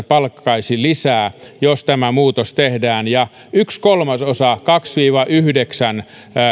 palkkaisi lisää jos tämä muutos tehdään ja yksi kolmasosa kaksi viiva yhdeksän